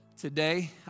today